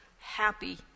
happy